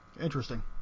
Interesting